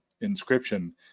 inscription